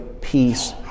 peace